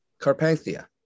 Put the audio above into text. Carpathia